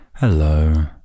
Hello